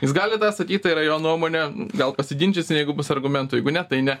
jis gali tą sakyt tai yra jo nuomonė gal pasiginčysim jeigu bus argumentų jeigu ne tai ne